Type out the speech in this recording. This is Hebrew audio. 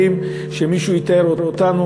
שמישהו יתאר אותנו,